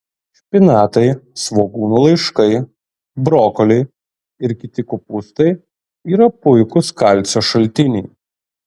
špinatai svogūnų laiškai brokoliai ir kiti kopūstai yra puikūs kalcio šaltiniai